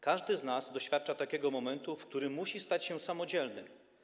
Każdy z nas doświadcza takiego momentu, w którym musi stać się samodzielny.